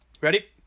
Ready